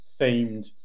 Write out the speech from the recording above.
themed